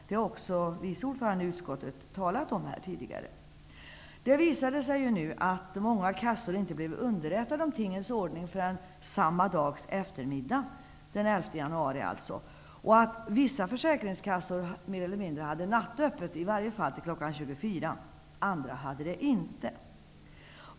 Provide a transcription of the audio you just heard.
Det har också utskottets vice ordförande talat om här tidigare. Det visade sig att många kassor inte hade blivit underrättade om tingens ordning förrän på eftermiddagen den 11 januari. Vissa försäkringskassor hade mer eller mindre nattöppet, i varje fall till kl. 24. Andra hade det inte.